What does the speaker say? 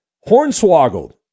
hornswoggled